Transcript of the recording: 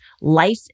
Life